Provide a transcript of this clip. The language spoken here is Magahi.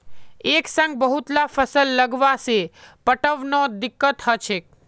एक संग बहुतला फसल लगावा से पटवनोत दिक्कत ह छेक